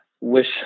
wish